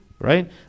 right